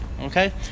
Okay